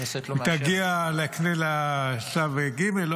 היא תגיע לשלב ג' --- הכנסת לא מאשרת.